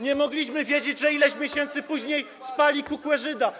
nie mogliśmy wiedzieć, że ileś miesięcy później spali kukłę Żyda.